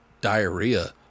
diarrhea